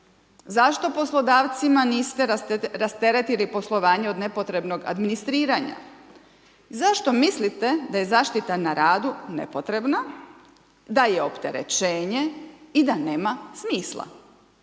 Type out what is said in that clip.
Zašto poslodavcima niste rasteretili poslovanje od nepotrebnog administriranja? Zašto mislite da je zaštita na radu nepotrebna, da je opterećenje i da nema smisla?